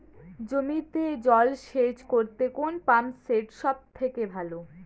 জমিতে জল সেচ করতে কোন পাম্প সেট সব থেকে ভালো?